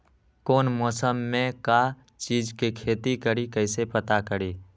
कौन मौसम में का चीज़ के खेती करी कईसे पता करी?